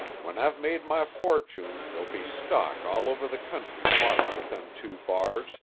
when i've made my fortune there'll be stock all over the country marked with them two bars.